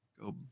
go